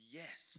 yes